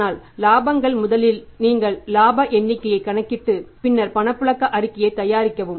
ஆனால் இலாபங்கள் முதலில் நீங்கள் இலாப எண்ணிக்கையைக் கணக்கிட்டு பின்னர் பணப்புழக்க அறிக்கையைத் தயாரிக்கவும்